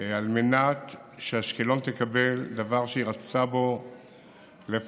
על מנת שאשקלון תקבל דבר שהיא רצתה בו לפחות